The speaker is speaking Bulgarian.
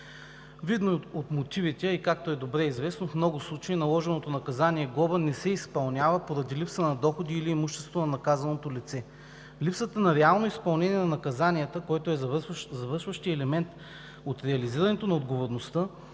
„Видно и от мотивите, а както е и добре известно, в много случаи наложеното наказание „глоба“ не се изпълнява поради липса на доходи или имущество на наказаното лице. Липсата на реално изпълнение на наказанията, което е завършващият елемент от реализирането на отговорността,